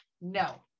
no